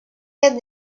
get